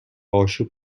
آشوب